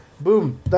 Boom